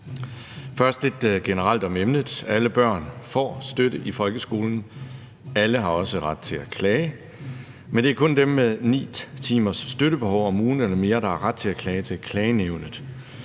Først lidt generelt om emnet: Alle børn får støtte i folkeskolen, og alle har også ret til at klage, men det er kun dem med 9 timers støttebehov om ugen eller mere, der har ret til at klage til klagenævnet.